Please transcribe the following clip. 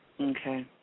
Okay